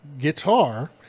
guitar